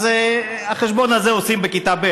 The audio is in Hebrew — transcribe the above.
את החשבון הזה עושים בכיתה ב',